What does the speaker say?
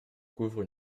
couvre